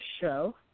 show